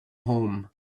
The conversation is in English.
home